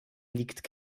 liegt